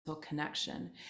connection